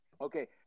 Okay